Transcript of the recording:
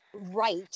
right